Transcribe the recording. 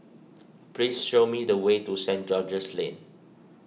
please show me the way to Saint George's Lane